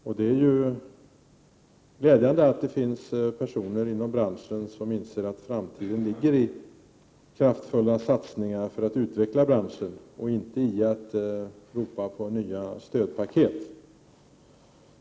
Och det är ju glädjande att det finns personer inom branschen som inser att framtiden ligger i kraftfulla satsningar för att utveckla branschen och inte i att ropa på nya stödpaket.